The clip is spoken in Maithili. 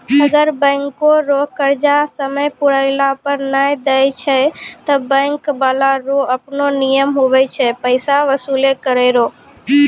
अगर बैंको रो कर्जा समय पुराला पर नै देय छै ते बैंक बाला रो आपनो नियम हुवै छै पैसा बसूल करै रो